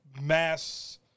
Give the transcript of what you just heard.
mass